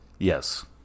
Yes